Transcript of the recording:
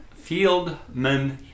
Fieldman